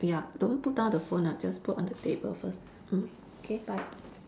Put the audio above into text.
ya don't put down the phone ah just put on the table first mm okay bye